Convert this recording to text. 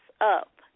up